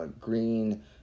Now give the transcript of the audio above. green